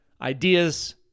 ideas